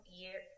year